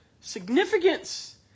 significance